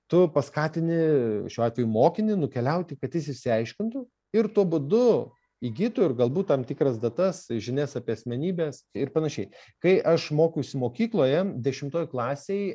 tu paskatini šiuo atveju mokinį nukeliauti kad jis išsiaiškintų ir tuo būdu įgytų ir galbūt tam tikras datas žinias apie asmenybes ir panašiai kai aš mokiausi mokykloje dešimtoj klasėj